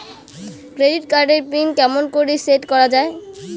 Credit card এর pin কেমন করি সেট করা য়ায়?